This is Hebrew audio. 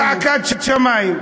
זה זעקת שמים.